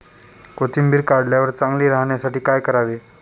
कोथिंबीर काढल्यावर चांगली राहण्यासाठी काय करावे?